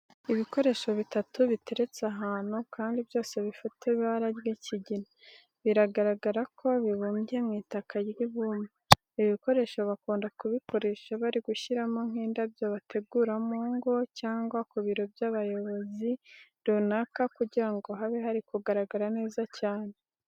Ibikoresho bitatu biteretse ahantu kandi byose bifite ibara ry'ikigina, biragaragara ko bibumbye mu itaka ry'ibumba. Ibi bikoresho bakunda kubikoresha bari gushyiramo nk'indabyo bategura mu ngo cyangwa ku biro by'abayobozi runaka kugira ngo habe hari kugaragara neza cyane.